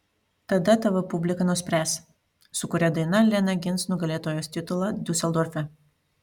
tada tv publika nuspręs su kuria daina lena gins nugalėtojos titulą diuseldorfe